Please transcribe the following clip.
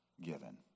given